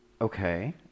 okay